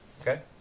Okay